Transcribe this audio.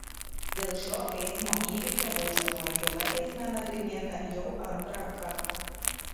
dėl šio eismo įvykio baudžiamoji byla teisme nagrinėta jau antrą kartą